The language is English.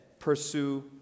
pursue